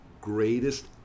greatest